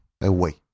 away